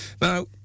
Now